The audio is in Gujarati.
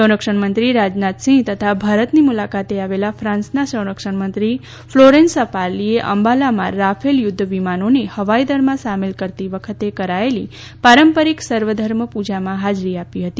સંરક્ષણમંત્રી રાજનાથસિંહ તથા ભારતની મુલાકાતે આવેલા ફાન્સના સંરક્ષણમંત્રી ફ્લોરેન્સા પાર્લીએ અંબાલામાં રાકેલ યુદ્ધ વિમાનોને હવાઈદળમાં સામેલ કરતી વખતે કરાયેલી પારંપારિક સર્વધર્મ પૂજામાં હાજરી આપી હતી